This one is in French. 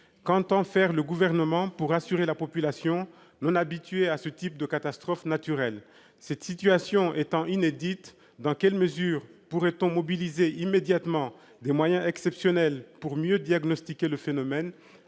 Qu'entend faire le Gouvernement pour rassurer la population, non habituée à ce type de catastrophes naturelles ? Cette situation étant inédite, dans quelle mesure pourrait-on mobiliser immédiatement des moyens exceptionnels pour mieux diagnostiquer le phénomène,